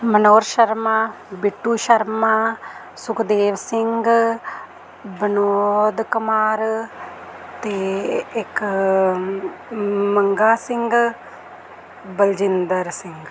ਮਨੋਹਰ ਸ਼ਰਮਾ ਬਿੱਟੂ ਸ਼ਰਮਾ ਸੁਖਦੇਵ ਸਿੰਘ ਵਨੋਦ ਕੁਮਾਰ ਅਤੇ ਇੱਕ ਮੰਗਾ ਸਿੰਘ ਬਲਜਿੰਦਰ ਸਿੰਘ